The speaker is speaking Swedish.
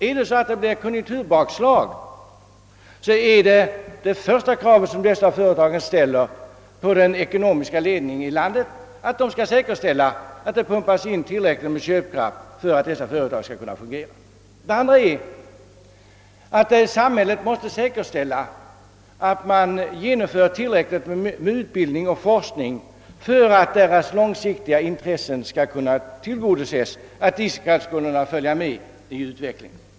Om det blir konjunkturomslag är det första krav, som dessa företag ställer på den ekonomiska ledningen i landet, att den skall säkerställa, att det pumpas in tillräckligt med köpkraft, så att dessa företag skall kunna fungera. Det andra kravet är att samhället måste säkerställa att det sörjs för tillräckligt med utbildning och forskning för att dessa företags långsiktiga intressen skall kunna tillgodoses, så att de snabbt skall kunna hänga med i utvecklingen.